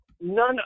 None